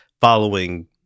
following